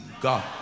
God